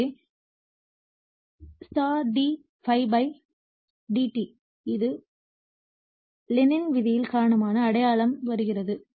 எனவே d ∅ dt இது லென்ஸின் விதியின் காரணமாக அடையாளம் வருகிறது